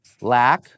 lack